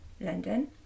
London